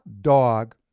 dog